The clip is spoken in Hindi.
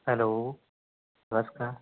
हेलो नमस्कार